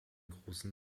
großen